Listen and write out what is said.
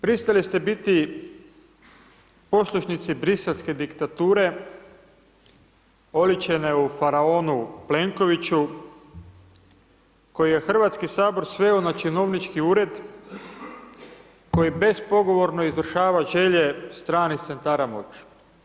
Pristali ste biti poslušnici Briselske diktature, oličene u faraonu Plenkoviću koji je HS sveo na činovnički ured, koji bespogovorno izvršava želje stranih centara moći.